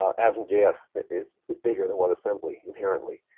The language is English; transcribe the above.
ah asm js is is bigger than webassembly, apparently.